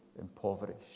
impoverished